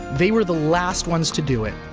they were the last ones to do it.